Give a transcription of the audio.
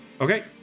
Okay